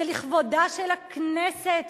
זה לכבודה של הכנסת